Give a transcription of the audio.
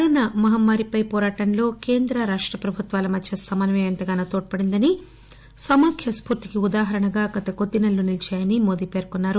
corona మహమ్మారిపై వోరాటంలో కేంద్ర రాష్ట ప్రభుత్వాల మధ్య సమన్వయం ఎంతగానో తోడ్పడిందనీ సమాఖ్య స్పూర్తికి ఉదాహరణగా గత కొద్దినెలలు నిలీచాయని మోదీ అన్నారు